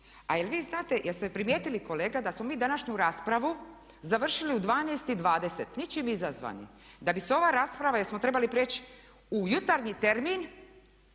A jel' vi znate, jeste primijetili kolega da smo mi današnju raspravu završili u 12,20 ničim izazvani da bi se ova rasprava jer smo trebali prijeći u jutarnji termin